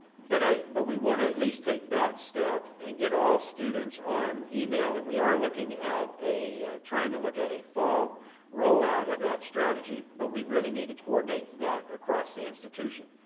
but but we want to at least take that step and get all students on email and we are looking at a trying to look at a fall rollout of that strategy but we really need to coordinate that across the institution.